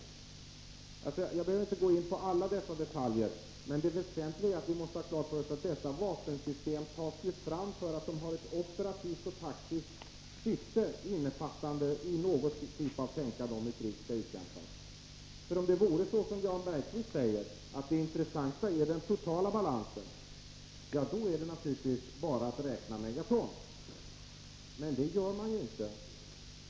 Jag behöver inte gå in på alla dessa detaljer. Det väsentliga är att vi måste ha klart för oss att dessa vapensystem tas fram i ett operativt och taktiskt syfte, innefattande någon typ av tänkande om hur ett krig skall utkämpas. Om det vore så som Jan Bergqvist säger, att det intressanta är den totala balansen, vore det naturligtvis bara att räkna megaton. Men det gör man inte.